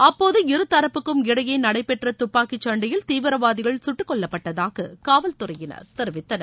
அப்போது இருதரப்புக்கும் இடையே நடைபெற்ற துப்பாக்கி சண்டையில் தீவிரவாதிகள் சுட்டுக் கொல்லப்படட்தாக காவல்துறையினர் தெரிவித்தனர்